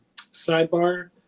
Sidebar